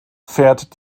fährt